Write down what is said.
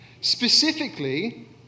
Specifically